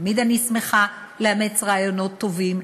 תמיד אני שמחה לאמץ רעיונות טובים,